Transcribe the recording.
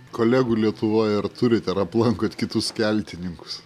kolegų lietuvoj ar turit ar aplankot kitus keltininkus